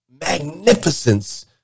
magnificence